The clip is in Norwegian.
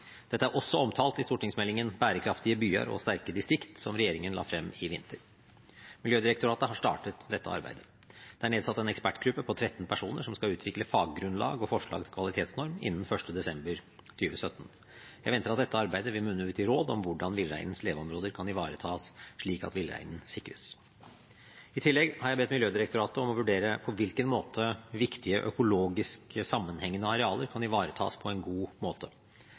Dette er også omtalt i Meld. St. 18 for 2016–2017, Berekraftige byar og sterke distrikt, som regjeringen la frem i vinter. Miljødirektoratet har startet dette arbeidet. Det er nedsatt en ekspertgruppe på 13 personer som skal utvikle faggrunnlag og forslag til kvalitetsnorm innen 1. desember 2017. Jeg venter at dette arbeidet vil munne ut i råd om hvordan villreinens leveområder kan ivaretas, slik at villreinen sikres. I tillegg har jeg bedt Miljødirektoratet om å vurdere hvordan økologisk viktige sammenhengende arealer kan ivaretas på en god måte.